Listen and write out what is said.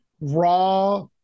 raw